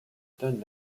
donne